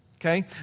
Okay